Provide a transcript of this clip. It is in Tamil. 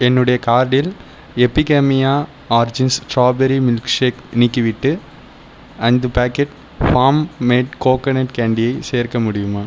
என்னுடைய கார்ட்டில் Epigamia origins strawberry milk shake நீக்கிவிட்டு ஐந்து பாக்கெட் ஃபார்ம் மேட் கோகனட் கேன்டியை சேர்க்க முடியுமா